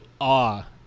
awe